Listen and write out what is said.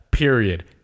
Period